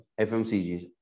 FMCG's